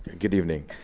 good evening.